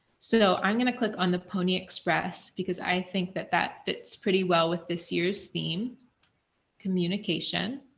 so, i'm going to click on the pony express, because i think that that fits pretty well with this year's theme communication.